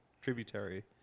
Tributary